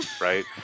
right